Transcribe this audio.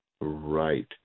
Right